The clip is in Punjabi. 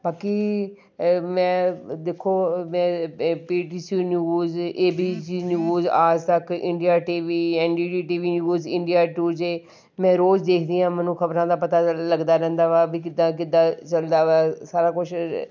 ਬਾਕੀ ਮੈਂ ਦੇਖੋ ਮੈਂ P T C news A B C news Aaj Tak India T V N D D T V news India ਟੂਜ਼ਡੇ ਮੈਂ ਰੋਜ਼ ਦੇਖਦੀ ਹਾਂ ਮੈਨੂੰ ਖਬਰਾਂ ਦਾ ਪਤਾ ਲੱਗਦਾ ਰਹਿੰਦਾ ਵਾ ਵੀ ਕਿੱਦਾਂ ਕਿੱਦਾਂ ਚਲਦਾ ਵਾ ਸਾਰਾ ਕੁਝ